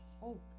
hope